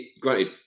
granted